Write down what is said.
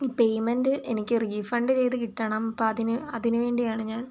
ഈ പേയ്മെന്റ് എനിക്ക് റീഫണ്ട് ചെയ്തു കിട്ടണം അപ്പം അതിന് അതിന് വേണ്ടിയാണ് ഞാൻ